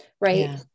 right